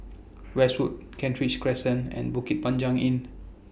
Westwood Kent Ridge Crescent and Panjang Inn